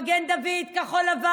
מגן דוד כחול-לבן,